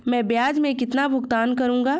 मैं ब्याज में कितना भुगतान करूंगा?